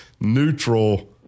neutral